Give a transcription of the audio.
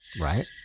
Right